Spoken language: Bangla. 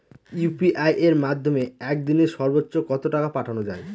ইউ.পি.আই এর মাধ্যমে এক দিনে সর্বচ্চ কত টাকা পাঠানো যায়?